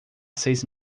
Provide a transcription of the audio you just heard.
seis